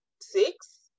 six